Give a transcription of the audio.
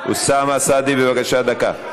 אוסאמה סעדי, בבקשה, דקה.